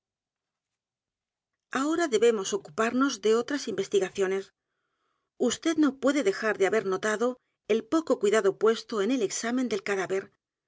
ahora debemos ocuparnos d e otras investigaciones usted no puede dejar de haber notado el poco cuidado puesto en el examen del cadáver